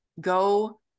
go